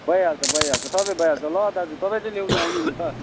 भइहाल्छ भइहाल्छ सधैँ भइहाल्छ ल दाजु तपाईँ चाहिँ ल्याउनु आउनु नि त